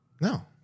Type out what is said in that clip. No